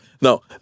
No